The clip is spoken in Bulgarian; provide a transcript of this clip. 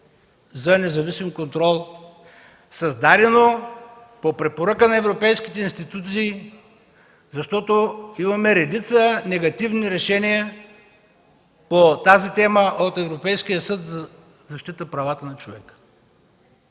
за независим контрол, създадено по препоръка на европейските институции, защото имаме редица негативни решения по тази тема от Европейския съд за защита правата на човека.